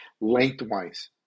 Lengthwise